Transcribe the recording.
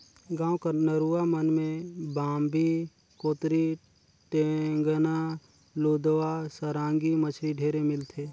गाँव कर नरूवा मन में बांबी, कोतरी, टेंगना, लुदवा, सरांगी मछरी ढेरे मिलथे